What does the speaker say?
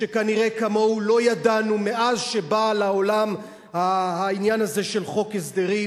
שכנראה כמוהו לא ידענו מאז בא לעולם העניין הזה של חוק הסדרים,